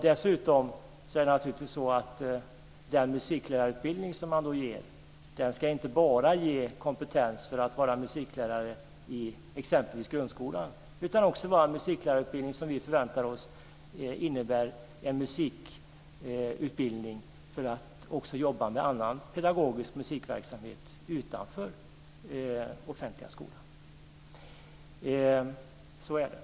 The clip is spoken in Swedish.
Dessutom ska naturligtvis inte musiklärarutbildningen bara ge musiklärarkompetens i exempelvis grundskolan, utan vi förväntar oss att den också ska ge kompetens för att jobba med annan pedagogisk musikverksamhet utanför den offentliga skolan. Så är det.